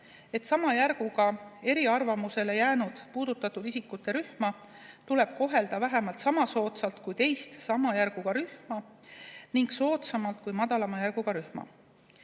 et sama järguga eriarvamusele jäänud puudutatud isikute rühma tuleb kohelda vähemalt sama soodsalt kui teist sama järguga rühma ning soodsamalt kui madalama järguga rühma.